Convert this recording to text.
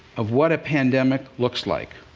of what a pandemic looks like.